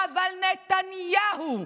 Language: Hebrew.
אבל נתניהו.